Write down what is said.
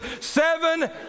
seven